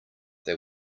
they